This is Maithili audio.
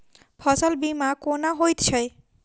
फसल बीमा कोना होइत छै?